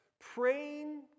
praying